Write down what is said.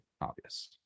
obvious